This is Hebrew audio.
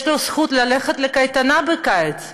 יש לו זכות ללכת לקייטנה בקיץ,